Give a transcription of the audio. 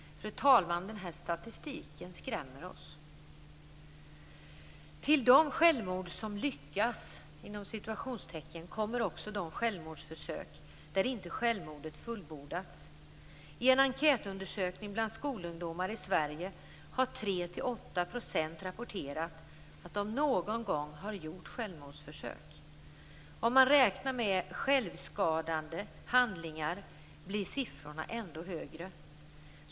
Fru talman! Denna statistik skrämmer oss. Till de självmord som "lyckas" kommer också de självmordsförsök där självmordet inte fullbordats. I en enkätundersökning bland skolungdomar i Sverige har 3-8 % rapporterat att de någon gång har gjort ett självmordsförsök. Om man räknar med självskadande handlingar blir siffrorna ändå högre.